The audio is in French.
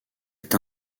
est